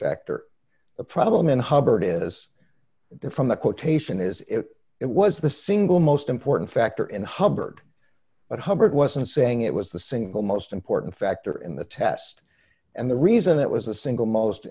factor the problem in hubbard is from the quotation is it was the single most important factor in hubbard but hubbard wasn't saying it was the single most important factor in the test and the reason it was the single most